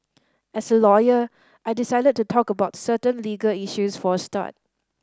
as a lawyer I decided to talk about certain legal issues for a start